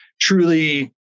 truly